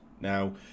Now